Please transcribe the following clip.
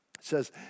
says